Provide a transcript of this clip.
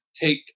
take